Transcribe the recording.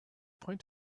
point